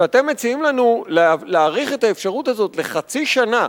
כשאתם מציעים לנו להאריך את האפשרות הזאת לחצי שנה,